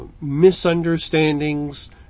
misunderstandings